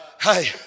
Hey